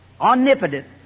omnipotent